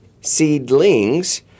seedlings